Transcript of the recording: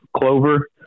clover